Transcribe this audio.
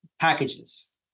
packages